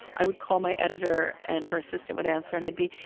i would call my editor, and her assistant would answer, and i'd be,